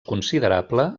considerable